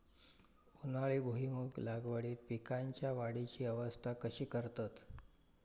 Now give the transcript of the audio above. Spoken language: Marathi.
उन्हाळी भुईमूग लागवडीत पीकांच्या वाढीची अवस्था कशी करतत?